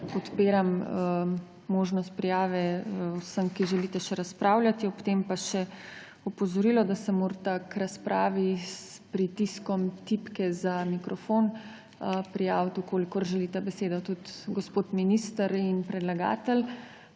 odpiram možnost prijave vsem, ki želite še razpravljati. Ob tem pa še opozorilo, da se morata k razpravi s pritiskom tipke za mikrofon prijaviti, v kolikor želita besedo, tudi gospod minister in predlagatelj.